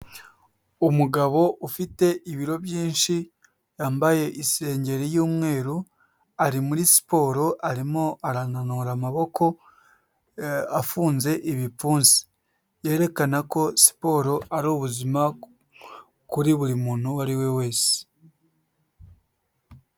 Umugabo ufite ibiro byinshi, yambaye isengeri y'umweru ari muri siporo arimo arananura amaboko afunze ibipfunsi, yerekana ko siporo ari ubuzima kuri buri muntu uwo ari we wese.